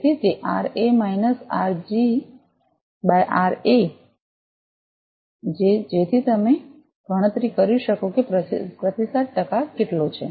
તેથી તે R A minus R G by R A છે જેથી તમે ગણતરી કરી શકો કે પ્રતિસાદ ટકા કેટલો છે